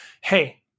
Hey